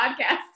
podcast